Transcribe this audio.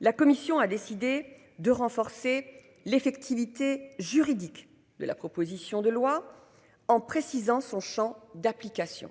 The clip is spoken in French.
la Commission a décidé de renforcer l'effectivité juridique de la proposition de loi en précisant son Champ d'application.